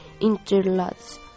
interlats